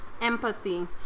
empathy